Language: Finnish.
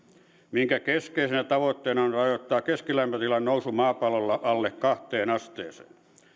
minkä keskeisenä tavoitteena on on rajoittaa keskilämpötilan nousu maapallolla alle kahteen asteeseen